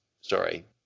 Sorry